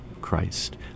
Christ